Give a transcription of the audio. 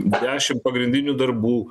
dešimt pagrindinių darbų